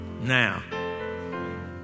Now